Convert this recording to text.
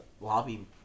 lobby